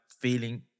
feeling